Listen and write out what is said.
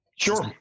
Sure